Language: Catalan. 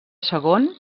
segon